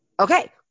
Okay